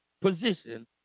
position